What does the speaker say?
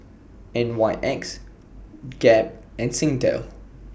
N Y X Gap and Singtel